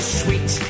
sweet